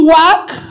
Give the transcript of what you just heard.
work